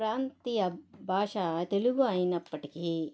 ప్రాంతీయ భాష తెలుగు అయినప్పటికీ